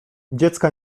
dziecka